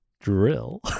drill